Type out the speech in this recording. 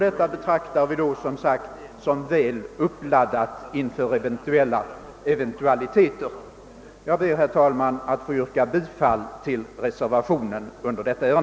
Detta betraktar vi då, som sagt, som väl uppladdat inför alla eventualiteter. Jag ber, herr talman, att få yrka bifall till reservationen.